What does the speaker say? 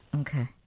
Okay